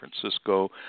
Francisco